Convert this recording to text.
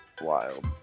Wild